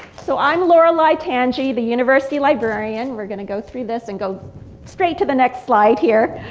so, i'm lorelei tanji the university librarian. we're gonna go through this and go straight to the next slide here.